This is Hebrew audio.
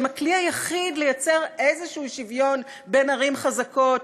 שהם הכלי היחיד לייצר איזשהו שוויון בין ערים חזקות,